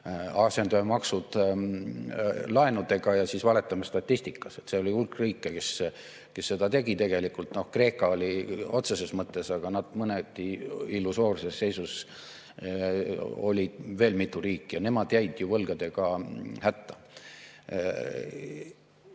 asendame maksud laenudega ja siis valetame statistikas. Seal oli hulk riike, kes seda tegi tegelikult. Kreeka oli otseses mõttes, aga mõneti illusoorses seisus oli veel mitu riiki ja nemad jäidki ju võlgadega hätta.